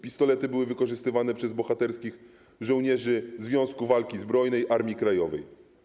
Pistolety były wykorzystywane przez bohaterskich żołnierzy Związku Walki Zbrojnej Armii Krajowej.